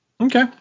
okay